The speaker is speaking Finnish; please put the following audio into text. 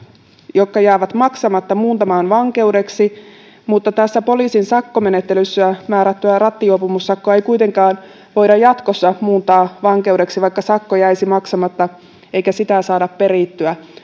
jotka jäävät maksamatta muuntamaan vankeudeksi niin tässä poliisin sakkomenettelyssä määrättyä rattijuopumussakkoa ei voida jatkossa muuntaa vankeudeksi vaikka sakko jäisi maksamatta eikä sitä saada perittyä